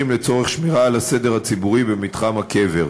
לצורך שמירה על הסדר הציבורי במתחם הקבר.